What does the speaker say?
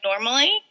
normally